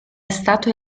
stato